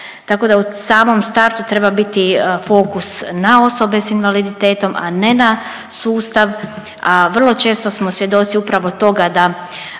tako da u samom startu treba biti fokus na osobe s invaliditetom, a ne na sustav, a vrlo često smo svjedoci upravo toga da